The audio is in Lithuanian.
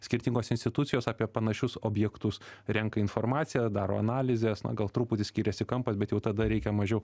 skirtingos institucijos apie panašius objektus renka informaciją daro analizes na gal truputį skiriasi kampas bet jau tada reikia mažiau